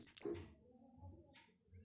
रबी फसल के पहिला महिना कौन होखे ला?